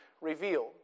revealed